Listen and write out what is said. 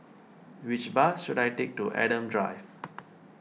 which bus should I take to Adam Drive